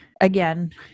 again